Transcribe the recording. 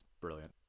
Brilliant